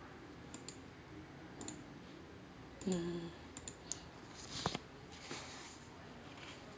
hmm